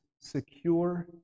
secure